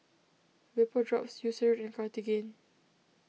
Vapodrops Eucerin and Cartigain